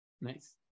Nice